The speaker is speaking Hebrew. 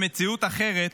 במציאות אחרת,